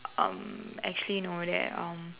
um actually know that um